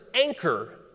anchor